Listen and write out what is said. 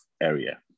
area